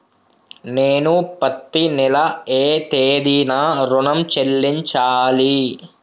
నేను పత్తి నెల ఏ తేదీనా ఋణం చెల్లించాలి?